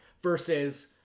versus